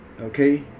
Okay